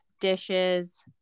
dishes